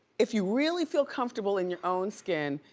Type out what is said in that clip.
if you really feel comfortable in your own skin,